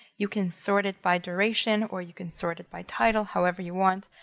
you can sort it by duration or you can sort it by title however you want.